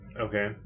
Okay